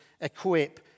Equip